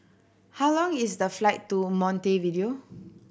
how long is the flight to Montevideo